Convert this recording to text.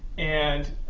and